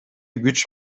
күч